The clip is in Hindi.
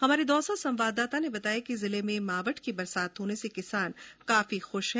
हमारे दौसा संवाददाता ने बताया कि जिले में मावठ की बरसात होने से किसान काफी खूश हैं